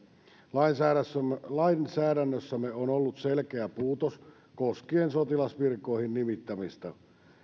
lainsäädännössämme lainsäädännössämme on ollut selkeä puutos koskien sotilasvirkoihin nimittämistä